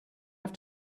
have